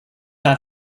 not